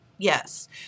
Yes